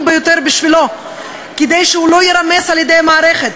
ביותר בשבילו כדי שהוא לא יירמס על-ידי המערכת,